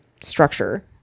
structure